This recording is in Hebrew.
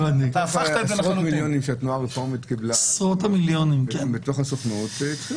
עשרות המיליונים שהתנועה הרפורמית קיבלה בתוך הסוכנות.